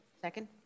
Second